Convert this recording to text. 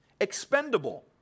expendable